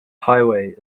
highway